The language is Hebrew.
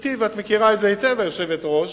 גברתי היושבת-ראש,